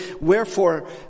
Wherefore